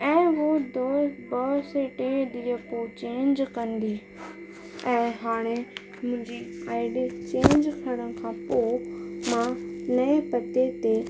ऐं पोइ दो ॿ से टे ॾींहं पोइ चैंज कंदी ऐं हाणे मुंहिंजी आई डी चैंज करण खां पोइ मां नए पते ते